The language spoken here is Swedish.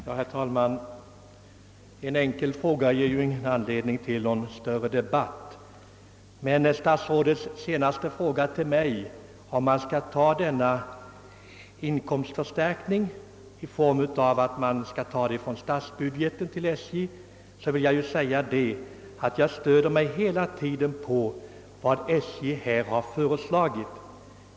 Herr talman! En enkel fråga ger ju inte anledning till någon större debatt. Men på statsrådets senaste fråga till mig, om denna inkomstförstärkning för SJ bör ske via statsbudgeten, vill jag svara att jag hela tiden stöder mig på vad SJ har föreslagit.